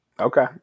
Okay